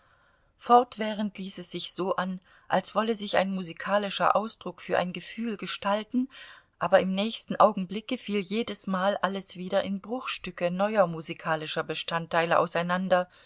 fortwährend ließ es sich so an als wolle sich ein musikalischer ausdruck für ein gefühl gestalten aber im nächsten augenblicke fiel jedesmal alles wieder in bruchstücke neuer musikalischer bestandteile auseinander